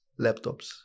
Laptops